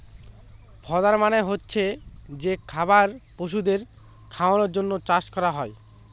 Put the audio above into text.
fodder মানে হচ্ছে যে খাবার পশুদের খাওয়ানোর জন্য চাষ করা হয়